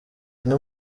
umwe